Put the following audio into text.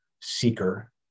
seeker